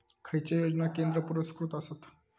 खैचे योजना केंद्र पुरस्कृत आसत?